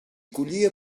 collia